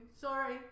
Sorry